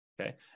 Okay